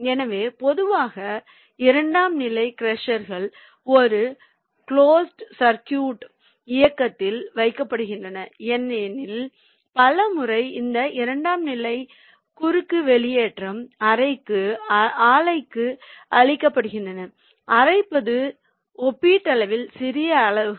எனவே பொதுவாக இரண்டாம் நிலை க்ரஷர்கள் ஒரு கிளோஸ்ட் சர்குய்ட் இயக்கத்தில் வைக்கப்படுகின்றன ஏனெனில் பல முறை இந்த இரண்டாம் நிலை குறுக்கு வெளியேற்றம் அரைக்கும் ஆலைக்கு அளிக்கப்படுகிறது அரைப்பது ஒப்பீட்டளவில் சிறிய அளவுகள்